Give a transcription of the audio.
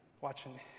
watching